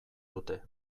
dute